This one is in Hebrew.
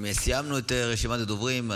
אם סיימנו את רשימת הדוברים,